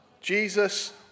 Jesus